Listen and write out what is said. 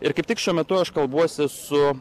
ir kaip tik šiuo metu aš kalbuosi su